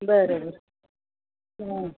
बराेबर हां